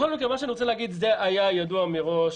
בכל מקרה אני רוצה להגיד שהוראת המעבר הייתה ידועה מראש.